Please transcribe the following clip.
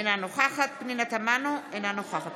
אינה נוכחת פנינה תמנו, אינה נוכחת